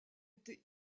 été